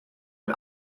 ein